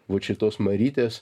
vat šitos marytės